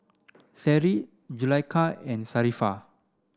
Seri Zulaikha and Sharifah